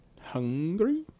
hungry